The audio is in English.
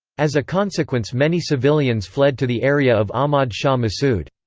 as a consequence many civilians fled to the area of ahmad shah massoud.